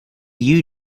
you